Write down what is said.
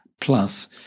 Plus